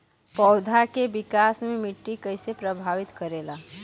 पौधा के विकास मे मिट्टी कइसे प्रभावित करेला?